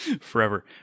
Forever